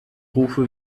rufe